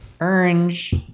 Orange